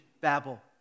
Babel